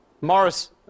Morris